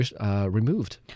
removed